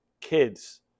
kids